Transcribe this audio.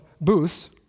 booths